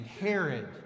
Herod